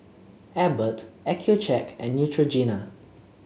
Abbott Accucheck and Neutrogena